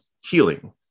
healing